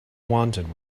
wanted